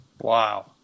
Wow